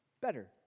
better